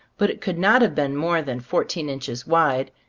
but it could not have been more than fourteen inches wide,